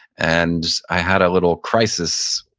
and i had a little crisis.